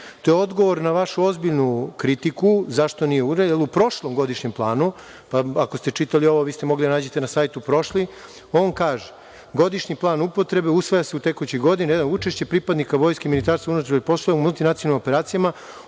je odgovor na vašu ozbiljnu kritiku zašto nije ovo u prošlom godišnjem planu, pa, ako ste čitali ovo, vi ste mogli da nađete na sajtu prošli. On kaže – godišnji plan upotrebe usvaja se u tekućoj godini, učešće pripadnika vojske, Ministarstva unutrašnjih poslova u multinacionalnim operacijama